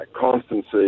constancy